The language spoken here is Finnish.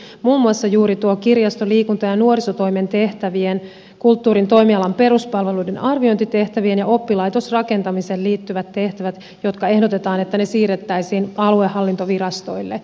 muun muassa juuri kirjasto liikunta ja nuorisotoimen tehtävien kulttuurin toimialan peruspalveluiden arviointitehtävien ja oppilaitosrakentamiseen liittyvien tehtävien osalta ehdotetaan että ne siirrettäisiin aluehallintovirastoille